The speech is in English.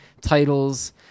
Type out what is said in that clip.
titles